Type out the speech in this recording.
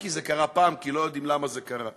כי זה קרה פעם, כי לא יודעים למה זה קרה.